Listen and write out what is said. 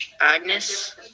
Agnes